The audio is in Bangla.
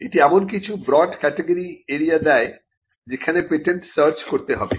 এটি এমন কিছু ব্রড ক্যাটাগরি এরিয়া দেয় যেখানে পেটেন্ট সার্চ করতে হবে